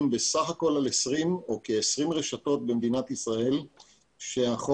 בסך הכול על כ-20 רשתות במדינת ישראל שהחוק